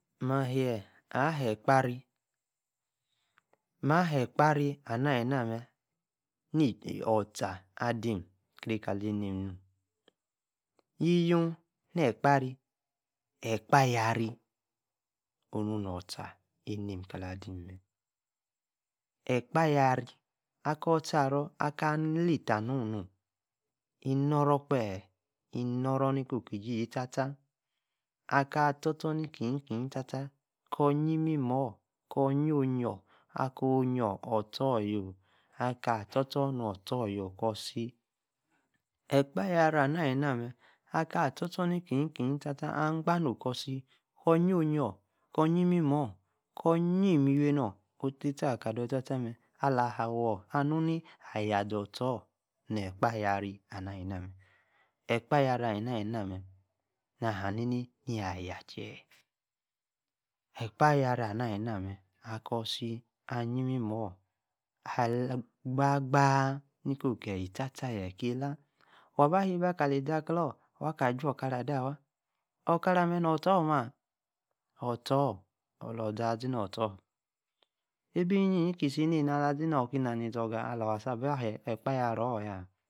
Ahaa-Ekpari, ibi akaa ExPari, annaa-alin- amee-ni-Otlar-adai kali enem-nob, yie- Yuu Expari, Epara Ekiayari, onu- nu-Otlaa ene-ni kau ada ni mee. ExPayari, akar Saro kaa-Laa-intani nob-mee, Inu-oro kphe, eno- roni koo, ki isisi tataa, laah, kuu yir imimos, kuu jii, Oyio, ostor-yo, aka Stor mu stor-yoo, ki laah. Ekpayari-anaa-ali-namee, akor kaa stor-nikinyi kinyı-taraa, agba norko sí koo-yie oyio-koo yio mimos, kuu yie miwinor, Makwaa ally-tek tiakadoy waa mee alah, awor anum, ayaa ze Zoostor, ni Ekpayari, EkPayari alinan-mee, ion haanini eyee, yaa yache, Exiayari ala anaa alinance akor isi, ayie imemor ki laah, waba, heba Kale keyee taa waag izaklar, wakaa Jui-okara-adewaa, okara ames, no astor mee, odior, aloza azi-no-ostor, able, greyie alaiyi aba saah-ahaa.